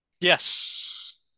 Yes